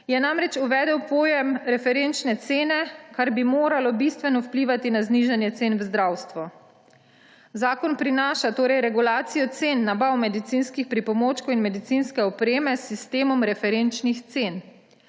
je namreč uvedel pojem referenčne cene, kar bi moralo bistveno vplivati na znižanje cen v zdravstvu. Zakon torej prinaša regulacijo cen nabav medicinskih pripomočkov in medicinske opreme s sistemom referenčnih cen.